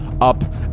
up